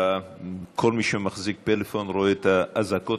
כל מי שמחזיק פלאפון רואה את האזעקות,